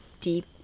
deep